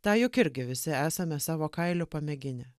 tą juk irgi visi esame savo kailiu pamėginę